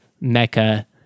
mecca